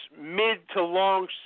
mid-to-long